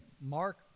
Mark